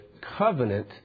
covenant